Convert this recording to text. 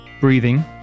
breathing